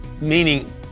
Meaning